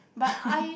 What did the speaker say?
but I